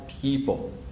people